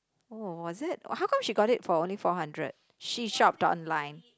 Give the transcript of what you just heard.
oh was it how come she got it for only four hundred she shopped online